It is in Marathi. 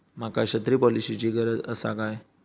माका छत्री पॉलिसिची गरज आसा काय?